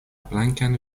blankan